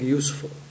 useful